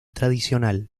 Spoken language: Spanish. tradicional